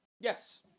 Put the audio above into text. Yes